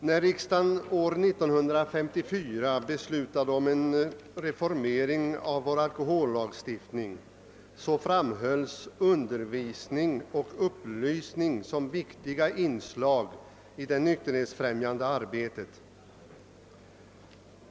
När riksdagen år 1954 beslutade om en reformering av vår alkohollagstiftning framhölls undervisning och upplysning som viktiga inslag i det nykterhetsfrämjande arbetet.